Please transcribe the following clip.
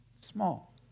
Small